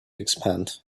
expand